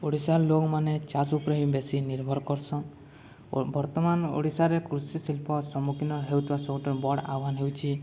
ଓଡ଼ିଶାର ଲୋକମାନେ ଚାଷ ଉପରେ ହିଁ ବେଶୀ ନିର୍ଭର କରସନ୍ ବର୍ତ୍ତମାନ ଓଡ଼ିଶାରେ କୃଷି ଶିଳ୍ପ ସମ୍ମୁଖୀନ ହେଉଥିବା ସବୁଠାରୁ ବଡ଼ ଆହ୍ୱାନ ହେଉଛି